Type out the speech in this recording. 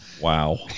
Wow